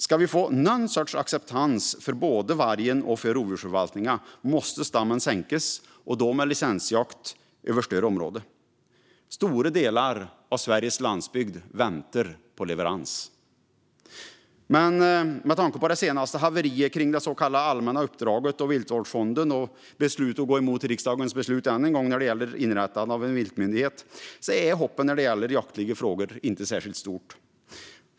Om vi ska få någon sorts acceptans för både vargen och rovdjursförvaltningen måste stammen minska, och det måste ske genom licensjakt över större områden. Stora delar av Sveriges landsbygd väntar på leverans. Men med tanke på det senaste haveriet kring det så kallade allmänna uppdraget, Viltvårdsfonden och att man än en gång går emot riksdagens beslut om inrättandet av en viltmyndighet är hoppet när det gäller jaktliga frågor inte särskilt stort.